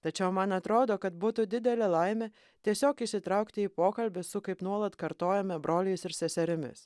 tačiau man atrodo kad būtų didelė laimė tiesiog įsitraukti į pokalbį su kaip nuolat kartojame broliais ir seserimis